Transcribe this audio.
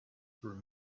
through